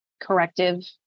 corrective